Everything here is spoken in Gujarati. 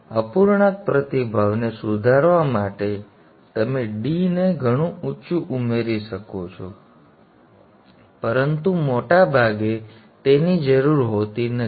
અપૂર્ણાંક પ્રતિભાવને સુધારવા માટે તમે Dને ઘણું ઊંચું ઉમેરી શકો છો પરંતુ મોટાભાગે તેની જરૂર હોતી નથી